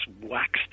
waxed